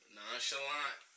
nonchalant